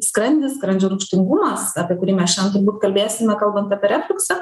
skrandis skrandžio rūgštingumas apie kurį mes šiandien turbūt kalbėsime kalbant apie refliuksą